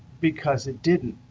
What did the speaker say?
because it didn't.